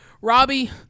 Robbie